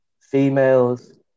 females